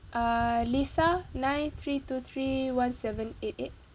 err lisa nine three two three one seven eight eight